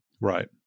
right